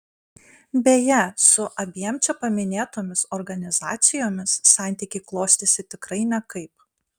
beje su abiem čia paminėtomis organizacijomis santykiai klostėsi tikrai nekaip